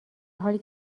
حالی